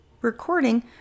Recording